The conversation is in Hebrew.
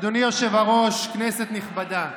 אדוני היושב-ראש, כנסת נכבדה,